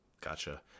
gotcha